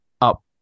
up